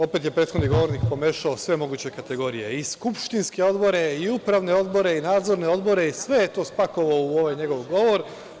Opet je prethodni govornik pomešao sve moguće kategorije i skupštinske odbore i upravne odbore i nadzorne odbore i sve je to spakovao u ovaj njegov govor.